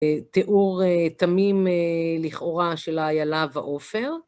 תיאור תמים לכאורה של איילה ועופר.